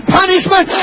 punishment